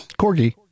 Corgi